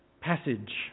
Passage